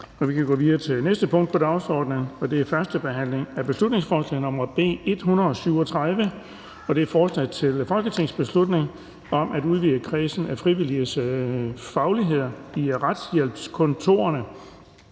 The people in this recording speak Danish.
vedtaget. --- Det næste punkt på dagsordenen er: 22) 1. behandling af beslutningsforslag nr. B 137: Forslag til folketingsbeslutning om at udvide kredsen af frivilliges fagligheder i retshjælpskontorer.